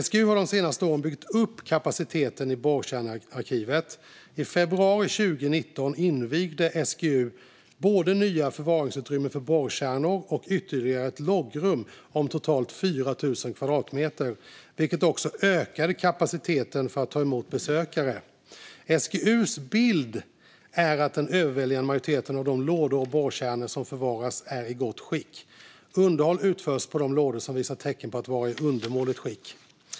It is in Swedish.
SGU har de senaste åren byggt upp kapaciteten i borrkärnearkivet. I februari 2019 invigde SGU både nya förvaringsutrymmen för borrkärnor och ytterligare ett loggrum om totalt 4 000 kvadratmeter, vilket också ökade kapaciteten för att ta emot besökare. SGU:s bild är att den överväldigande majoriteten av de lådor som borrkärnorna förvaras i är i gott skick. Underhåll utförs på de lådor som visar tecken på att vara i undermåligt skick.